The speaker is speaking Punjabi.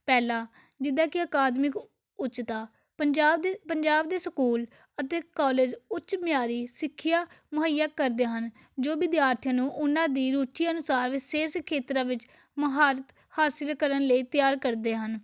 ਪਹਿਲਾ ਜਿੱਦਾਂ ਕਿ ਅਕਾਦਮਿਕ ਉੱਚਤਾ ਪੰਜਾਬ ਦੇ ਪੰਜਾਬ ਦੇ ਸਕੂਲ ਅਤੇ ਕੋਲਜ ਉੱਚ ਮਿਆਰੀ ਸਿੱਖਿਆ ਮੁਹੱਈਆ ਕਰਦੇ ਹਨ ਜੋ ਵਿਦਿਆਰਥੀ ਨੂੰ ਉਹਨਾਂ ਦੀ ਰੁਚੀ ਅਨੁਸਾਰ ਵੀ ਸਹੀ ਸਹੀ ਖੇਤਰਾਂ ਵਿੱਚ ਮੁਹਾਰਤ ਹਾਸਿਲ ਕਰਨ ਲਈ ਤਿਆਰ ਕਰਦੇ ਹਨ